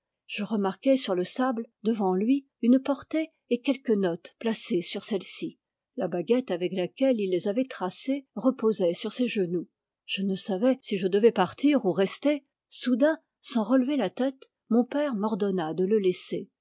je remarquai sur le sable devant lui une portée et quelques notes placées sur celle-ci la baguette avec laquelle il les avait tracées reposait sur ses genoux je ne savais si je devais partir ou rester soudain sans relever la tête mon père m'ordonna de le laisser